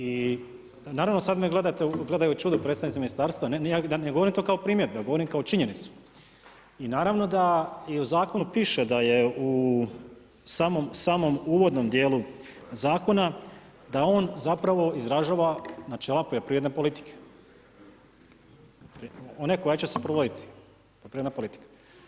I naravno sad me gledaju u čudu predstavnici ministarstva, ja ne govorim to kao primjer, nego kao činjenicu i naravno da i u zakonu piše da u samom uvodnom djelu zakona da on zapravo izražava načela poljoprivredne politike, one koja će se provoditi, poljoprivredna politika.